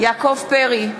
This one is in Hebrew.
יעקב פרי,